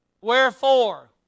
Wherefore